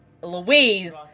Louise